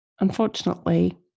unfortunately